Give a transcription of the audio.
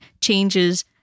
changes